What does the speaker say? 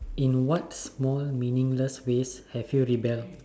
in what small meaningless ways have you rebel